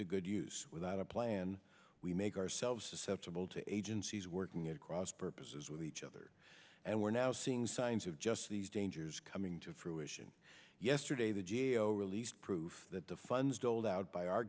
to good use without a plan we make ourselves susceptible to agencies working at cross purposes with each other and we're now seeing signs of just these dangers coming to fruition yesterday the g a o released proof that the funds doled out by our